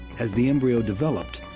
as the embryo developed,